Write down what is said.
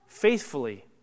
faithfully